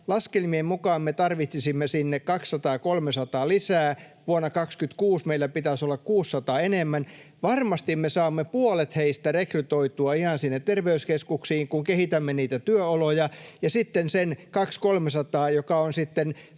Laskelmien mukaan me tarvitsisimme sinne 200—300 lisää. Vuonna 26 meillä pitäisi olla 600 enemmän. Varmasti me saamme puolet heistä rekrytoitua ihan sinne terveyskeskuksiin, kun kehitämme työoloja, ja sitten se 200—300, mikä on alle